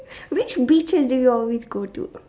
which beaches do you always go to